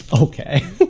Okay